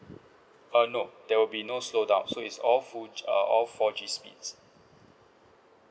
uh no there will be no slow down so it's all full G uh all four G speeds